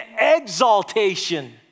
exaltation